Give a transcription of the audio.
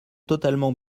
totalement